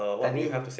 I mean